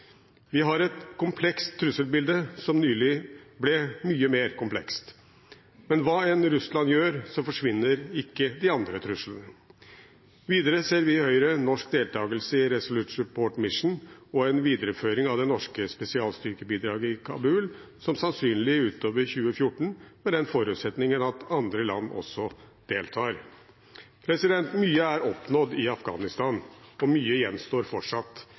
Vi har et komplekst trusselbilde, som nylig ble mye mer komplekst. Men hva enn Russland gjør, så forsvinner ikke de andre truslene. Videre ser vi i Høyre norsk deltagelse i Resolute Support mission og en videreføring av det norske spesialstyrkebidraget i Kabul som sannsynlig utover 2014, med den forutsetningen at andre land også deltar. Mye er oppnådd i Afghanistan, og mye gjenstår fortsatt.